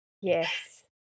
Yes